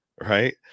Right